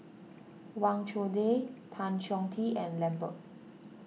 Wang Chunde Tan Chong Tee and Lambert